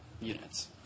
units